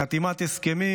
חתימת הסכמים,